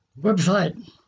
Website